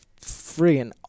friggin